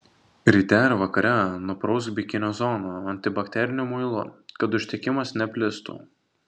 ryte ir vakare nuprausk bikinio zoną antibakteriniu muilu kad uždegimas neplistų